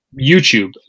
youtube